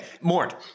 Mort